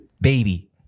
baby